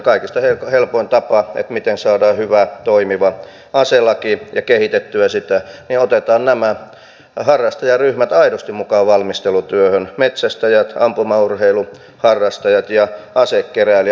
kaikista helpoin tapa miten saadaan hyvä toimiva aselaki ja kehitettyä sitä on ottaa nämä harrastajaryhmät aidosti mukaan valmistelutyöhön metsästäjät ampumaurheiluharrastajat ja asekeräilijät